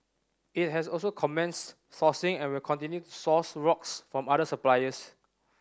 it has also commenced sourcing and will continue to source rocks from other suppliers